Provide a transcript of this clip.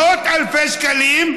מאות אלפי שקלים,